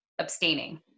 abstaining